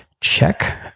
check